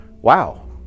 wow